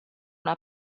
una